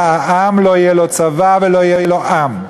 העם" לא יהיה לו צבא ולא יהיה לו עם.